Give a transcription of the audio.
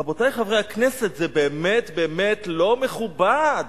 רבותי חברי הכנסת, זה באמת באמת לא מכובד